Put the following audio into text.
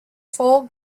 full